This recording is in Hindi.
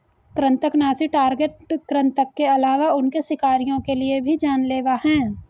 कृन्तकनाशी टारगेट कृतंक के अलावा उनके शिकारियों के लिए भी जान लेवा हैं